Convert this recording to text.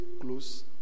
close